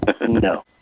No